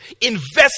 Invest